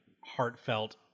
heartfelt